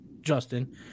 Justin